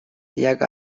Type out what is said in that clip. jak